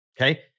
okay